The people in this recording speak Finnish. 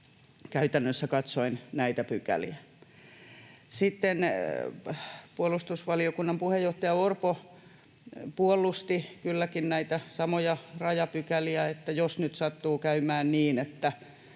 käytännössä katsoen edes tarvita. Sitten puolustusvaliokunnan puheenjohtaja Orpo puolusti kylläkin näitä samoja rajapykäliä sillä, että sattuu käymään niin, että